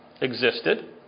existed